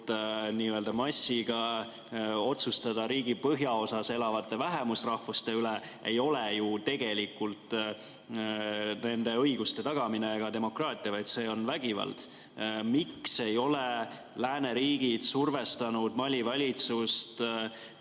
n-ö massiga otsustada riigi põhjaosas elavate vähemusrahvaste üle, ei ole ju tegelikult nende õiguste tagamine ega demokraatia, vaid see on vägivald. Miks ei ole lääneriigid survestanud Mali valitsust